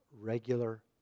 regular